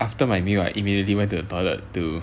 after my meal I immediately went to the toilet to